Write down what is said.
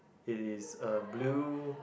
it is a blue